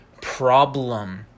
problem